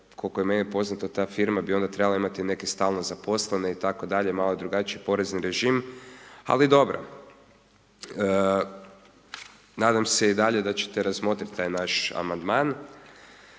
koliko je meni poznato, ta forma bi onda trebala imati neke stalno zaposlene itd., malo je drugačiji porezni režim ali dobro. Nadam se i dalje da ćete razmotriti taj naš amandman.